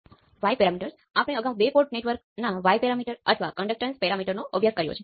આ લેશનમાં આપણે કેટલાક સિમ્પલ નેટવર્ક છે